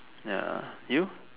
ya you